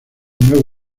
nuevo